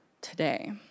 today